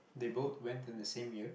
they both went in the same year